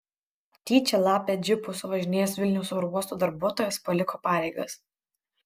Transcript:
tyčia lapę džipu suvažinėjęs vilniaus oro uosto darbuotojas paliko pareigas